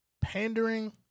pandering